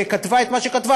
שכתבה את מה שכתבה,